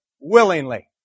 willingly